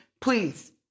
please